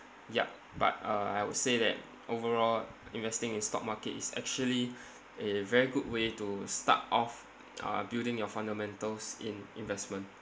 yup but uh I would say that overall investing in stock market is actually a very good way to start off uh building your fundamentals in investment